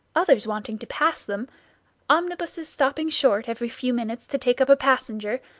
others wanting to pass them omnibuses stopping short every few minutes to take up a passenger,